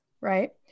right